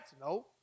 No